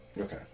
okay